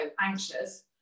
anxious